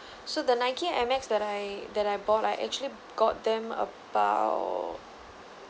so the Nike air max that I that I bought I actually got them about